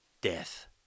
death